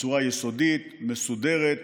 בצורה יסודית, מסודרת.